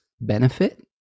benefit